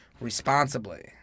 responsibly